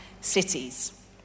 cities